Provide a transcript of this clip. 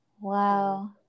Wow